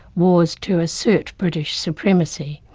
wars to assert british supremacy.